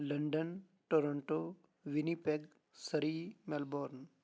London Toronto Winnipeg Surrey Melbourne